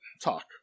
talk